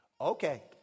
Okay